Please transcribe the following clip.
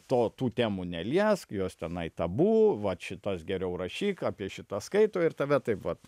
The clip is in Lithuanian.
to tų temų neliesk jos tenai tabu vat šitas geriau rašyk apie šitas skaito ir tave taip vat